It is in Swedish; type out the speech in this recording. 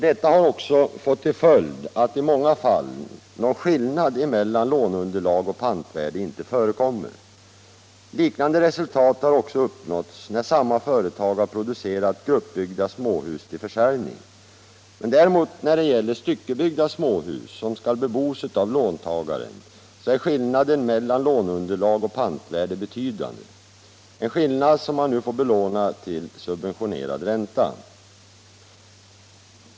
Detta har fått till följd att i många fall någon skillnad mellan låneunderlag och pantvärde inte förekommer. Liknande resultat har också uppnåtts när samma företag producerat gruppbyggda småhus till försäljning. När det däremot gäller styckebyggda små hus som skall bebos av låntagaren är skillnaden mellan låneunderlag och pantvärde betydande — en skillnad som får belånas till subventionerad ränta.